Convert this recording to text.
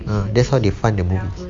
uh this is how they fund their movies